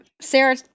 Sarah